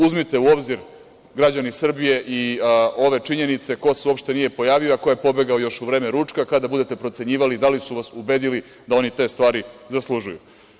Uzmite u obzir, građani Srbije, i ove činjenice ko se uopšte nije pojavio, a ko je pobegao još u vreme ručka, kada bude procenjivali da li su vas ubedili da oni te stvari zaslužuju.